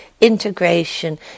integration